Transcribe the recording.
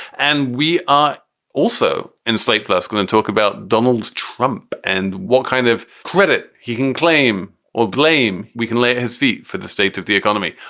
and we are also in slate plus going to and talk about donald trump and what kind of credit he can claim or blame we can lay at his feet for the state of the economy.